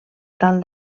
tal